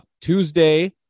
Tuesday